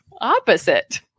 opposite